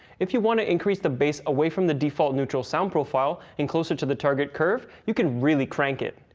if you want to increase the bass away from the default neutral sound profile and closer to the target curve, you can really crank it.